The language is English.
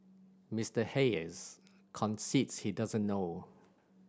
Mister Hayes concedes he doesn't know